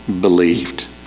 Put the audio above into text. believed